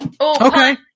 Okay